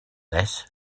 less